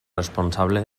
responsable